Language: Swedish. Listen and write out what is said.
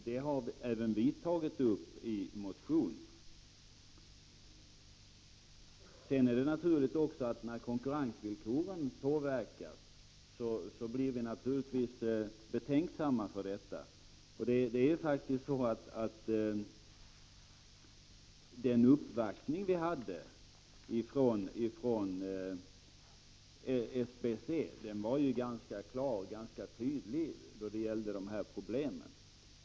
Det är också naturligt att vi blir betänksamma när konkurrensvillkoren påverkas. Den uppvaktning som vi hade ifrån SBC var ganska klar och tydlig då det gällde dessa problem.